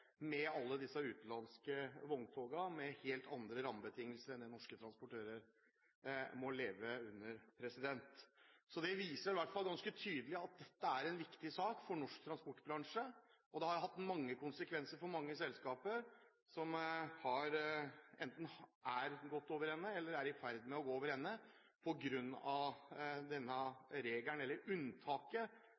med alle de utenlandske vogntogene med helt andre rammebetingelser enn de norske transportører må leve under. Det viser i hvert fall ganske tydelig at dette er en viktig sak for norsk transportbransje. Det har hatt konsekvenser for mange selskaper, som enten har gått over ende eller er i ferd med å gå over ende på grunn av denne regelen i – eller unntaket